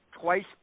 twice